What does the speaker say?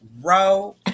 Row